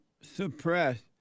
suppressed